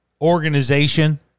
organization